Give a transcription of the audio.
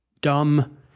dumb